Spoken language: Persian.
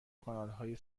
کانالهای